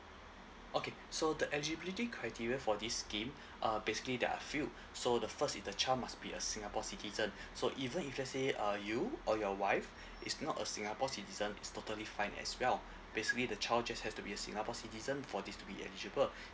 okay so the eligibility criteria for this scheme uh basically there are a few so the first is the child must be a singapore citizen so even if let's say uh you or your wife is not a singapore citizen it's totally fine as well basically the child just have to be a singapore citizen for this to be eligible